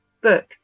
book